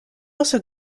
also